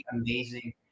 amazing